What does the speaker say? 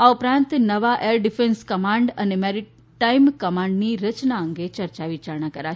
આ ઉપરાંત નવા એર ડિફેન્સ કમાન્ડ અને મેરીટાઈમ કમાન્ડની રચના અંગે ચર્ચા વિચારણા કરાશે